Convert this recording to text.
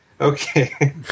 Okay